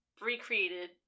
recreated